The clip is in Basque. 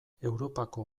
europako